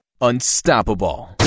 unstoppable